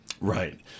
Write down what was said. Right